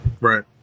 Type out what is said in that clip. Right